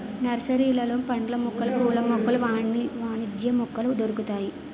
నర్సరీలలో పండ్ల మొక్కలు పూల మొక్కలు వాణిజ్య మొక్కలు దొరుకుతాయి